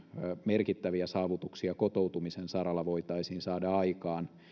merkittäviä saavutuksia kotoutumisen saralla voitaisiin saada aikaan